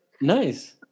nice